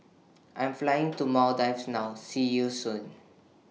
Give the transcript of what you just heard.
I Am Flying to Maldives now See YOU Soon